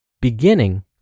Beginning